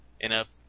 enough